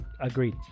Agreed